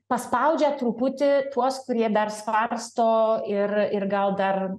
paspaudžia truputį tuos kurie dar svarsto ir ir gal dar